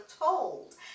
told